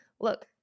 look